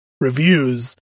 reviews